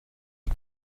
are